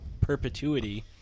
perpetuity